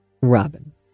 Robin